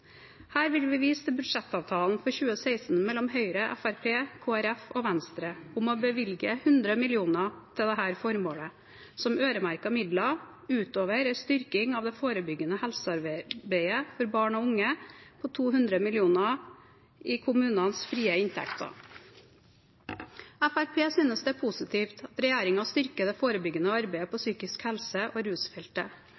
Her vil vi vise til budsjettavtalen for 2016 mellom Høyre, Fremskrittspartiet, Kristelig Folkeparti og Venstre om å bevilge 100 mill. kr til dette formålet, som øremerkede midler, utover en styrking av det forebyggende helsearbeidet for barn og unge på 200 mill. kr i kommunenes frie inntekter. Fremskrittspartiet synes det er positivt at regjeringen styrker det forebyggende arbeidet på